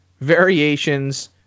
variations